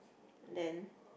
then